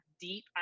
deep